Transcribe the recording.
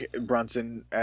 Brunson